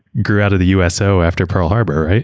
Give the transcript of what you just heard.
grew out of the uso after pearl harbor,